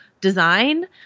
design